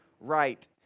right